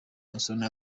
musoni